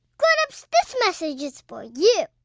grown-ups, this message is for you